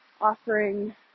offering